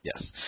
Yes